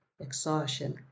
exhaustion